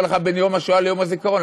אני אומר לך בין יום השואה ליום הזיכרון,